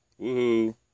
Woohoo